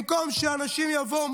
במקום שאנשים יבואו,